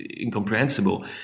incomprehensible